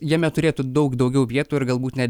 jame turėtų daug daugiau vietų ir galbūt ne